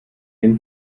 jen